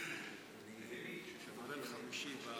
הנושא לוועדת הכספים נתקבלה.